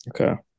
Okay